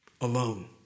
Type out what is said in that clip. Alone